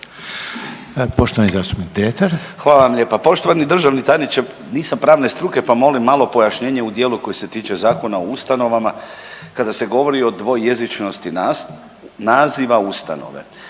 **Dretar, Davor (DP)** Hvala vam lijepa. Poštovani državni tajniče nisam pravne struke pa molim pojašnjenje u dijelu koji se tiče Zakona o ustanovama kada se govori o dvojezičnosti naziva ustanove.